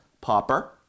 Popper